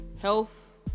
health